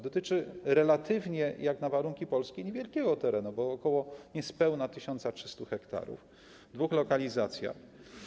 Dotyczy relatywnie, jak na warunki Polski, niewielkiego terenu, bo niespełna 1300 ha w dwóch lokalizacjach.